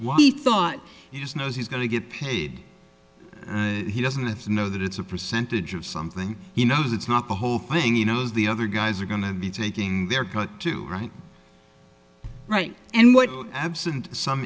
he thought he just knows he's going to get paid he doesn't have to know that it's a percentage of something he knows it's not the whole thing you know as the other guys are going to be taking their cut too right right and what absent some